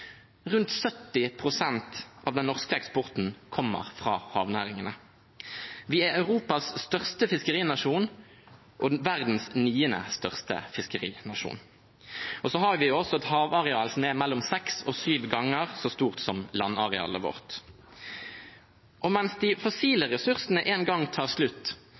Rundt 70 pst. av den norske eksporten kommer fra havnæringene. Vi er Europas største fiskerinasjon og verdens niende største fiskerinasjon. Så har vi også et havareal som er mellom seks og syv ganger så stort som landarealet vårt. Mens de fossile ressursene en gang tar slutt,